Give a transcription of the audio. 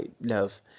love